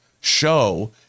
show